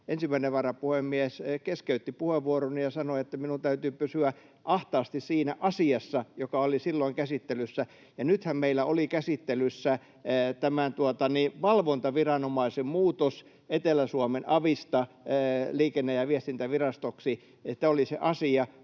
ensimmäinen varapuhemies keskeytti puheenvuoroni ja sanoi, että minun täytyy pysyä ahtaasti siinä asiassa, joka oli silloin käsittelyssä. Nythän meillä oli käsittelyssä tämän valvontaviranomaisen muutos Etelä-Suomen avista Liikenne- ja viestintävirastoksi. Tämä oli se asia.